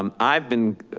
um i've been